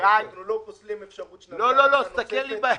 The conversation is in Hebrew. לא פוסלים אפשרות שנביא הארכה נוספת.